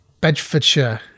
Bedfordshire